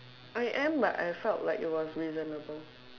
I am but I felt like it was reasonable